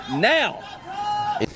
now